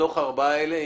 מתוך הארבעה האלה,